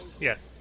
Yes